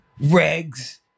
Regs